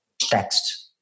text